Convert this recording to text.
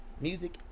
music